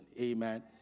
Amen